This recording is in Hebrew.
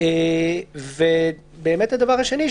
הדבר השני,